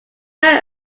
very